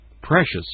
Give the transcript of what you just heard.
Precious